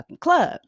club